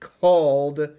called